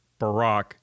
Barack